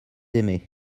aimaient